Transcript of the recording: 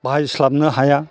बाहायस्लाबनो हाया